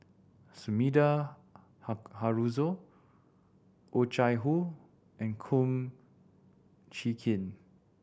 Sumida Haruzo Oh Chai Hoo and Kum Chee Kin